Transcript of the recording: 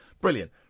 Brilliant